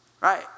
Right